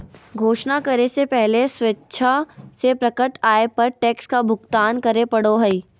घोषणा करे से पहले स्वेच्छा से प्रकट आय पर टैक्स का भुगतान करे पड़ो हइ